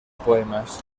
poemas